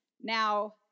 Now